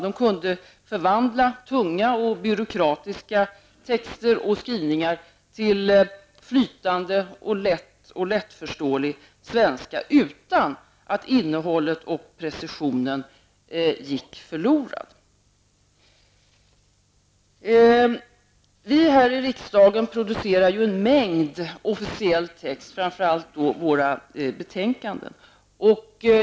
De kunde förvandla tunga och byråkratiska texter och skrivningar till flytande och lättförståelig svenska, utan att innehållet och precisionen gick förlorad. Riksdagen producerar ju en mängd officiell text, framför allt betänkanden.